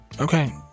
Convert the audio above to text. okay